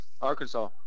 Arkansas